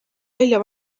välja